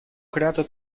creato